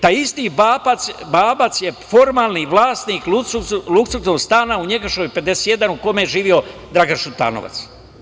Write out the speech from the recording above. Taj isti Babac je formalni vlasnik luksuznog stana u Njegoševoj 51, a u kome je živeo Dragan Šutanovac.